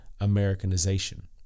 Americanization